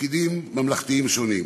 ובתפקידים ממלכתיים שונים.